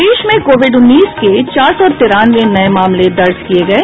प्रदेश में कोविड उन्नीस के चार सौ तिरानवे नये मामले दर्ज किये गये